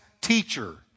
teacher